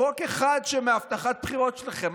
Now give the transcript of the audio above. חוק אחד מהבטחת בחירות שלכם.